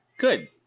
good